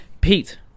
Pete